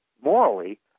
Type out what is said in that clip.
morally